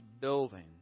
building